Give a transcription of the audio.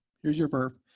here's your vrf.